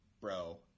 Bro